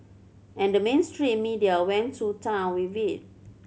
and the mainstream media went to town with it